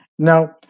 Now